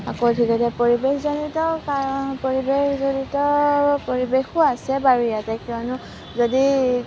আকৌ কেতিয়াবা পৰিৱেশ জনিত কাৰণ পৰিৱেশ জনিত পৰিৱেশো আছে বাৰু ইয়াতে কিয়নো যদি